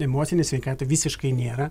emocinei sveikatai visiškai nėra